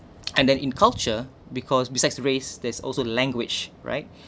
and then in culture because besides race there is also language right